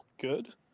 good